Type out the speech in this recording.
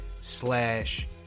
slash